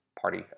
party